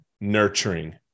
nurturing